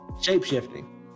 Shape-shifting